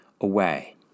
away